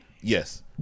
Yes